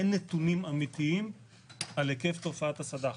אין נתונים אמיתיים על היקף תופעת הסד"ח.